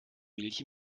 milch